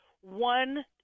one